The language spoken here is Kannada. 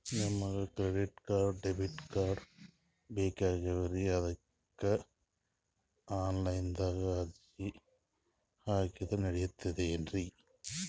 ನಮಗ ಕ್ರೆಡಿಟಕಾರ್ಡ, ಡೆಬಿಟಕಾರ್ಡ್ ಬೇಕಾಗ್ಯಾವ್ರೀ ಅದಕ್ಕ ಆನಲೈನದಾಗ ಅರ್ಜಿ ಹಾಕಿದ್ರ ನಡಿತದೇನ್ರಿ?